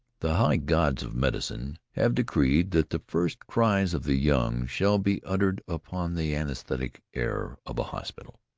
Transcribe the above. the high gods of medicine have decreed that the first cries of the young shall be uttered upon the anaesthetic air of a hospital,